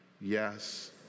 yes